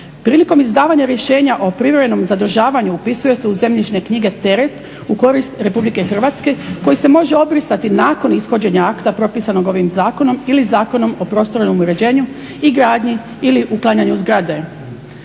Prilikom izdavanja rješenja o privremenom zadržavanju upisuje se u zemljišne knjige teren u korist Republike Hrvatske koji se može obrisati nakon ishođenja akta propisanog ovim zakonom ili Zakonom o prostornom uređenju i gradnji ili uklanjanju zgrade.